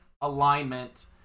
alignment